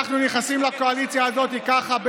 אנחנו נכנסים לקואליציה הזאת ככה,